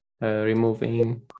removing